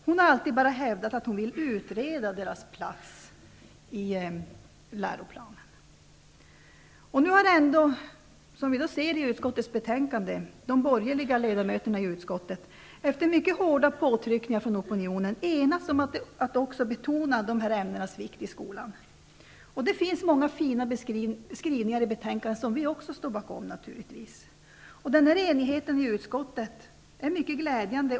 Hon har alltid bara hävdat att hon vill utreda deras plats i läroplanen. Som framgår av utskottets betänkande har de borgerliga ledamöterna efter mycket hårda påtryckningar från opinionen enats om att också de här ämnenas vikt i skolan skall betonas. Det finns många fina skrivningar i betänkandet, och naturligtvis står vi också bakom dessa. Denna enighet i utskottet är mycket glädjande.